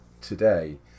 today